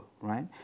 right